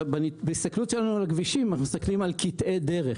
בהסתכלות שלנו על הכבישים אנחנו מסתכלים על קטעי דרך,